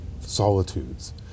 solitudes